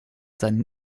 seinen